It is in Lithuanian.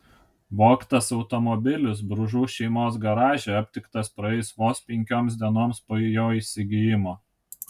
vogtas automobilis bružų šeimos garaže aptiktas praėjus vos penkioms dienoms po jo įsigijimo